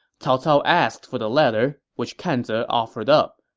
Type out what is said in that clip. cao cao asked for the letter, which kan ze offered up.